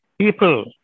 people